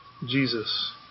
Jesus